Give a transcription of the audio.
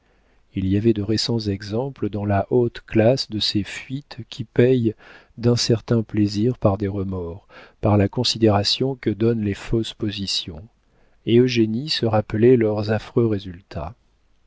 il y avait de récents exemples dans la haute classe de ces fuites qui paient d'incertains plaisirs par des remords par la déconsidération que donnent les fausses positions et eugénie se rappelait leurs affreux résultats